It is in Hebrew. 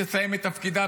תסיים את תפקידה,